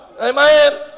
Amen